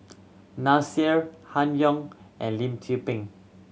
Han Yong and Lim Tze Peng